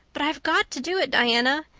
but i've got to do it, diana.